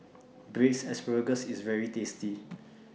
Braised Asparagus IS very tasty